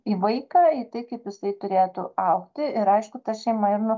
į vaiką į tai kaip jisai turėtų augti ir aišku ta šeima ir nu